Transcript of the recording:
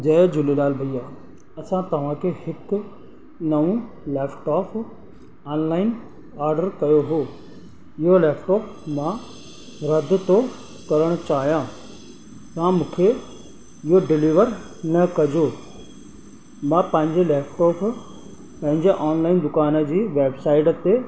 जय झूलेलाल भैया असां तव्हांखे हिकु नओं लेफ़टॉप ऑनलाइन ऑडर कयो हो इहो लेफ़टॉप मां रद थो करणु चाहियां तव्हां मूंखे इहो डिलीवर न कजो मां पंहिंजे लेफ़टॉप पंहिंजे ऑनलाइन दुकान जी वेबसाइड ते